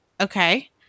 Okay